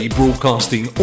broadcasting